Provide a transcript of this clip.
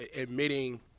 admitting